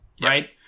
right